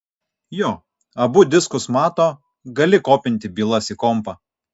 jo abu diskus mato gali kopinti bylas į kompą